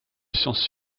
science